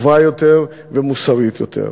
טובה יותר ומוסרית יותר.